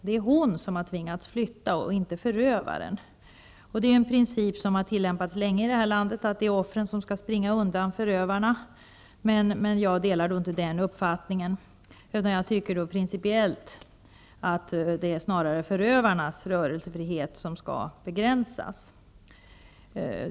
Det är hon som har tvingats flytta och inte förövaren. Det är en princip som har tillämpats länge i det här landet att det är offren som skall springa undan förövarna. Jag delar inte den uppfattningen, utan jag tycker principiellt att det snarare är förövarnas rörelsefrihet som skall begränsas.